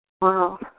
Wow